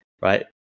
right